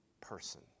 person